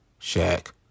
Shaq